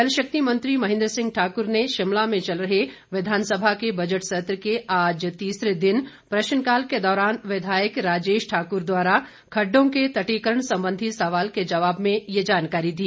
जल शक्ति मंत्री महेंद्र सिंह ठाकुर ने शिमला में चल रहे विधानसभा के बजट सत्र के आज तिसरे दिन प्रश्नकाल के दौरान विधायक राजेश ठाकुर द्वारा खडडों के तटीकरण संबंधी सवाल के जवाब में ये जानकारी दी